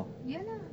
ya lah